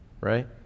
right